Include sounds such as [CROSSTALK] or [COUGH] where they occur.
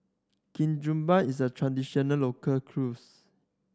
ketupat is a traditional local [UNINTELLIGIBLE]